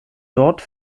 dort